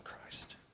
Christ